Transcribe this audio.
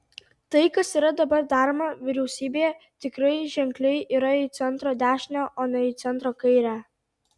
tai kas yra dabar daroma vyriausybėje tikrai ženkliai yra į centro dešinę o ne į centro kairę